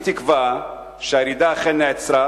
אני תקווה שהירידה אכן נעצרה,